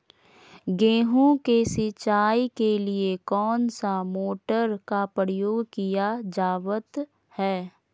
गेहूं के सिंचाई के लिए कौन सा मोटर का प्रयोग किया जावत है?